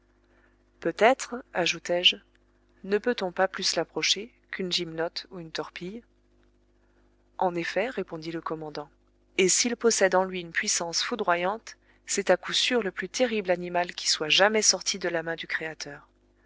peut-être ajoutai-je ne peut-on pas plus l'approcher qu'une gymnote ou une torpille en effet répondit le commandant et s'il possède en lui une puissance foudroyante c'est à coup sûr le plus terrible animal qui soit jamais sorti de la main du créateur